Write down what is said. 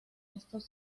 estos